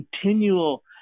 continual